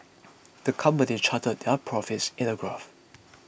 the company charted their profits in a graph